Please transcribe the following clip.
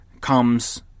comes